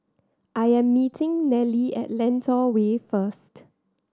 I am meeting Nelly at Lentor Way first